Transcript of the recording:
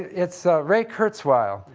it's ray kurzweil,